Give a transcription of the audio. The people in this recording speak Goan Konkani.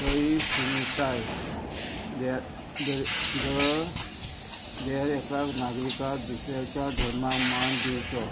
तयी शुनताय द देर एकाक नागरिकाक दुसऱ्याच्या धर्माक मान दिवचो